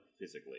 physically